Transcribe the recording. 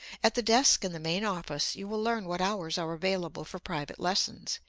at the desk in the main office you will learn what hours are available for private lessons,